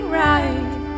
right